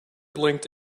blinked